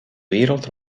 wereld